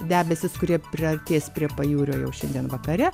debesys kurie priartės prie pajūrio jau šiandien vakare